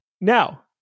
Now